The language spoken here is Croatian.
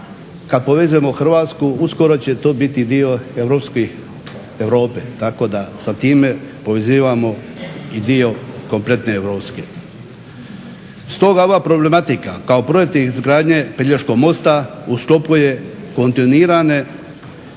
kad povežemo Hrvatsku uskoro će to biti dio Europe, tako da sa time povezivamo i dio kompletne Europske. Stoga ova problematika kao projekt izgradnje Pelješkog mosta u sklopu je kontinuirane